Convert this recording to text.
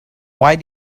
why